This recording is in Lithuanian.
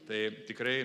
tai tikrai